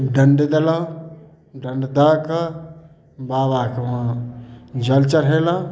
डण्ड देलहुॅं डण्ड दऽ कऽ बाबाके उहाँ जल चढ़ेलहुॅं